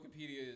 Wikipedia